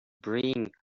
bright